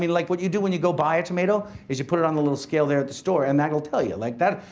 like what you do when you go buy a tomato is you put it on the little scale there at the store and that will tell you. like that.